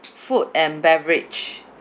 food and beverage